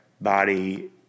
body